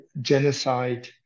genocide